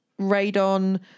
radon